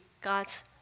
God's